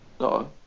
No